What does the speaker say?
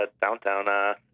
downtown